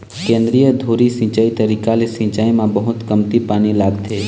केंद्रीय धुरी सिंचई तरीका ले सिंचाई म बहुत कमती पानी लागथे